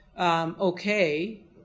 okay